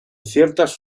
ciertas